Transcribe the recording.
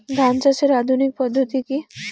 ধান চাষের আধুনিক পদ্ধতি কি?